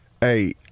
Hey